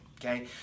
Okay